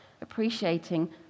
appreciating